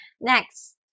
Next